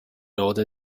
order